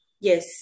yes